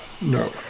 No